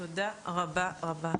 תודה רבה-רבה.